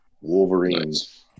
Wolverines